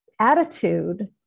attitude